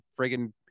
friggin